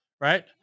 Right